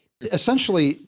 Essentially